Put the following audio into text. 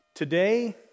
Today